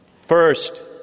First